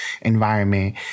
environment